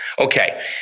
okay